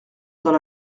dans